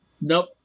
Nope